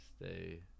stay